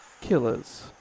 Killers